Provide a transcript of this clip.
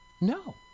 No